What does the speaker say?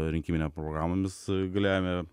rinkimine programomis galėjome